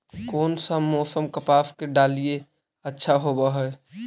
कोन सा मोसम कपास के डालीय अच्छा होबहय?